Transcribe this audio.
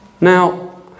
Now